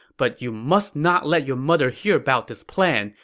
but you must not let your mother hear about this plan.